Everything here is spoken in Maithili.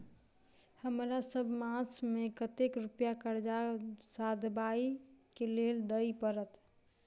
हमरा सब मास मे कतेक रुपया कर्जा सधाबई केँ लेल दइ पड़त?